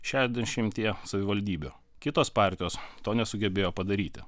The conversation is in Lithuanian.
šešiasdešimtyje savivaldybių kitos partijos to nesugebėjo padaryti